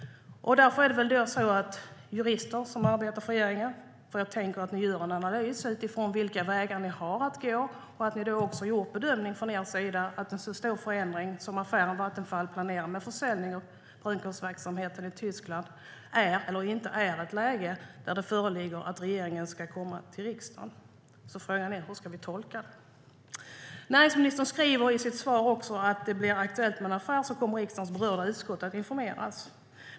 Jag tänker mig att jurister arbetar för regeringen och att ni gör en analys utifrån vilka vägar ni har att gå och att ni då också gjort bedömningen att en så stor förändring som den affär Vattenfall planerar med försäljning av brunkolsverksamheten i Tyskland är eller inte är i ett läge där det föreligger att regeringen ska komma till riksdagen. Frågan är hur vi ska tolka det. Näringsministern säger också i sitt svar att om det blir aktuellt med en affär kommer riksdagens berörda utskott att informeras.